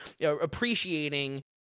appreciating